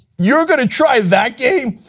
you are going to try that game?